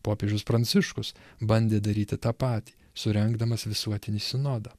popiežius pranciškus bandė daryti tą patį surengdamas visuotinį sinodą